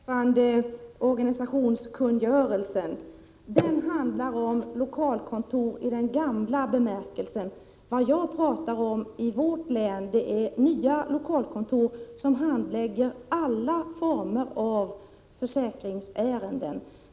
Herr talman! Låt mig säga ett par ord till Agne Hansson beträffande organisationskungörelsen. Den handlar om lokalkontor i den gamla bemärkelsen. Vad jag talar om är nya lokalkontor, som handlägger alla former av försäkringsärenden.